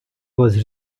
was